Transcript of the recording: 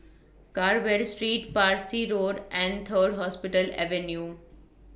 Carver Street Parsi Road and Third Hospital Avenue